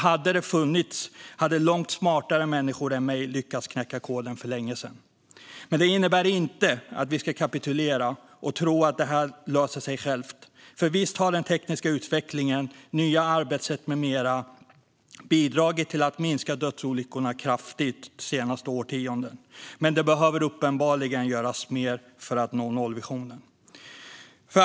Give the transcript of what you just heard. Hade det funnits en sådan hade långt smartare människor än jag lyckats knäcka koden för länge sedan. Det innebär dock inte att vi ska kapitulera och tro att detta löser sig självt. För visst har den tekniska utvecklingen, nya arbetssätt med mera bidragit till att minska dödsolyckorna kraftigt de senaste årtiondena. Men det behöver uppenbarligen göras mer för att nå nollvisionen.